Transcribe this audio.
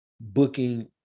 booking